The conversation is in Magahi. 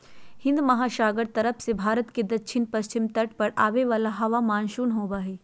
हिन्दमहासागर तरफ से भारत के दक्षिण पश्चिम तट पर आवे वाला हवा मानसून होबा हइ